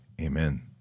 amen